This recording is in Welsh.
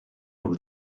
nhw